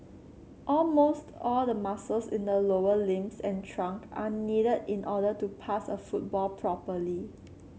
almost all the muscles in the lower limbs and trunk are needed in order to pass a football properly